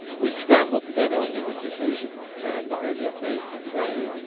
we scrambled together on numerous occasions not only a place to play,